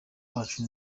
bacu